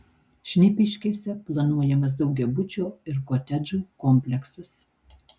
šnipiškėse planuojamas daugiabučio ir kotedžų kompleksas